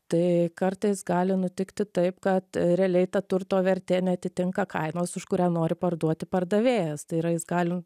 tai kartais gali nutikti taip kad realiai ta turto vertė neatitinka kainos už kurią nori parduoti pardavėjas tai yra jis gali